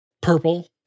purple